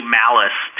malice